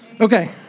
Okay